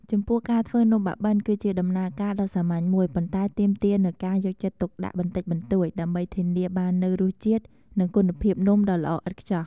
ចំពោះ ការធ្វើនំបាក់បិន គឺជាដំណើរការដ៏សាមញ្ញមួយ ប៉ុន្តែទាមទារនូវការយកចិត្តទុកដាក់បន្តិចបន្តួច ដើម្បីធានាបាននូវរសជាតិ និងគុណភាពនំដ៏ល្អឥតខ្ចោះ។